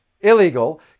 illegal